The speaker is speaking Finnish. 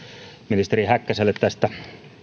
ministeri häkkäselle tästä